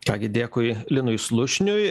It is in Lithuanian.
ką gi dėkui linui slušniui